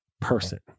person